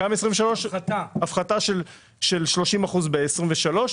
הפחתה של 30% ב-23',